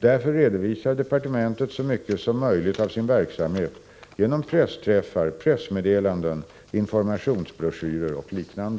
Därför redovisar departementet så mycket som möjligt av sin verksamhet, genom pressträffar , pressmeddelanden, informationsbroschyrer och liknande.